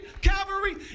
Calvary